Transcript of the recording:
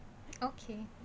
okay